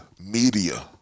media